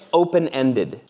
open-ended